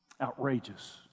Outrageous